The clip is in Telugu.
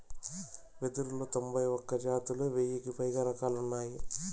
వెదురులో తొంభై ఒక్క జాతులు, వెయ్యికి పైగా రకాలు ఉన్నాయి